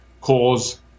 cause